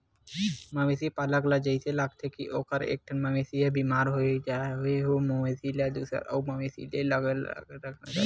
मवेशी पालक ल जइसे लागथे के ओखर एकठन मवेशी ह बेमार हे ज ओ मवेशी ल दूसर अउ मवेशी ले अलगे राखना चाही